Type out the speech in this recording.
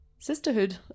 sisterhood